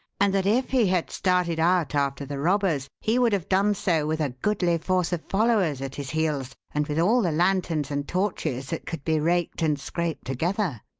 and that if he had started out after the robbers he would have done so with a goodly force of followers at his heels and with all the lanterns and torches that could be raked and scraped together.